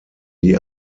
die